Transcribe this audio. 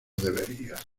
deberías